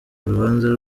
urubanza